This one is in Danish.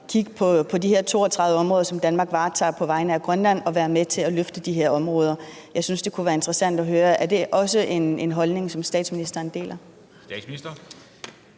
kigge på de her 32 områder, som Danmark varetager på vegne af Grønland, og være med til at løfte de områder. Jeg synes, det kunne være interessant at høre, om det også er en holdning, som statsministeren deler.